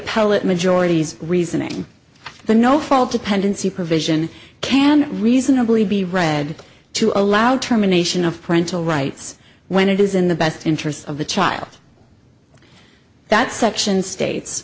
e majorities reasoning the no fault dependency provision can reasonably be read to allow terminations of parental rights when it is in the best interests of the child that section states